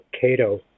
Cato